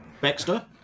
Baxter